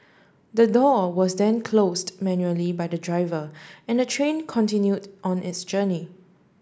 the door was then closed manually by the driver and the train continued on its journey